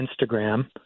Instagram